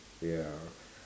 ya